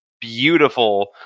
beautiful